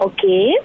Okay